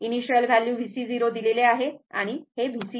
initial value VC 0 दिलेले आहे आणि VC∞ आहे